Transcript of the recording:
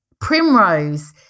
Primrose